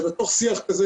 בתוך שיח כזה,